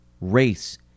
race